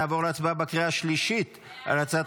נעבור להצבעה בקריאה השלישית על הצעת